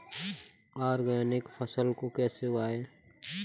Organic फसल को कैसे उगाएँ?